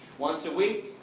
once a week,